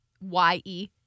Y-E